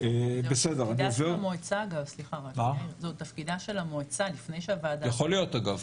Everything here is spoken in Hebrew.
זהו תפקידה של המועצה עוד לפני שהוועדה מתכנסת.